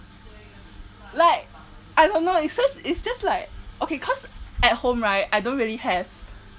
like I don't know is just is just like okay cause at home right I don't really have